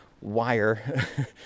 wire